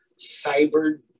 cyber